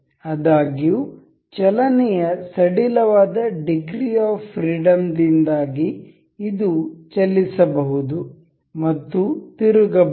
ಆದಾಗ್ಯೂ ಚಲನೆಯ ಸಡಿಲವಾದ ಡಿಗ್ರಿ ಆಫ್ ಫ್ರೀಡಂ ದಿಂದಾಗಿ ಇದು ಚಲಿಸಬಹುದು ಮತ್ತು ತಿರುಗಬಹುದು